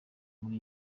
muri